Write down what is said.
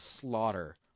slaughter